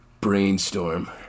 brainstorm